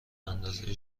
اندازه